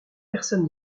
personne